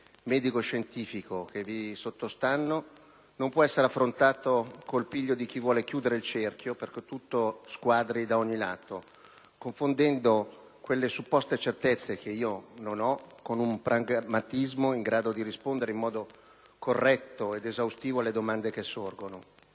medico-scientifico che vi sottostanno, non può essere affrontato con il piglio di chi vuole chiudere il cerchio perché tutto quadri da ogni lato, confondendo quelle supposte certezze (che io non ho) con un pragmatismo in grado di rispondere in modo corretto ed esaustivo alle domande che sorgono.